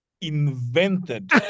invented